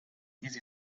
easy